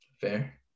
fair